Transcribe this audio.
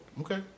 okay